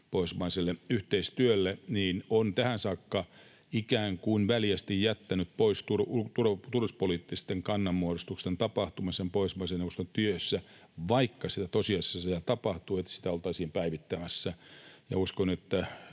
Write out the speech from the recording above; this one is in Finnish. pohjoismaiselle yhteistyölle, on tähän saakka ikään kuin väljästi jättänyt pois turvallisuuspoliittisten kannanmuodostusten tapahtumisen Pohjoismaiden neuvoston työssä, vaikka sitä tosiasiassa tapahtuu, niin nyt sitä oltaisiin päivittämässä.